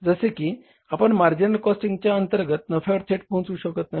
जसे की आपण मार्जिनल कॉस्टिंगच्या अंतर्गत नफ्यावर थेट पोहचू शकत नाही